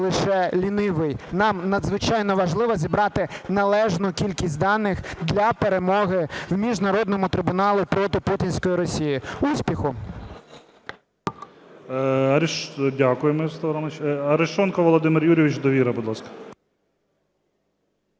лише лінивий. Нам надзвичайно важливо зібрати належну кількість даних для перемоги в міжнародному трибуналі проти путінської Росії. Успіху! ГОЛОВУЮЧИЙ. Дякую, Ярославе Романовичу. Арешонков Володимир Юрійович, "Довіра". Будь ласка.